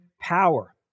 power